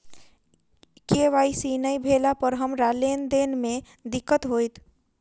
KYC नै भेला पर हमरा लेन देन मे दिक्कत होइत?